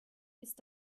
ist